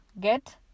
get